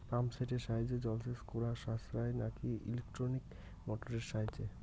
Pump সেটের সাহায্যে জলসেচ করা সাশ্রয় নাকি ইলেকট্রনিক মোটরের সাহায্যে?